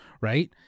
right